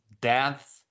death